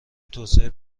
توسعه